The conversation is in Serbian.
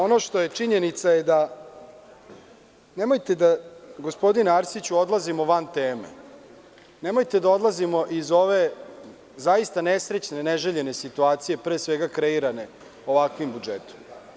Ono što je činjenica, nemojte da, gospodine Arsiću, odlazimo van teme, iz ove zaista nesrećne i neželjene situacije, pre svega kreirane ovakvim budžetom.